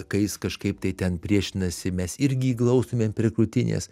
kai jis kažkaip tai ten priešinasi mes irgi jį glaustumėm prie krūtinės